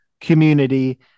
community